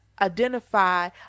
identify